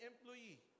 employee